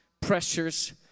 pressures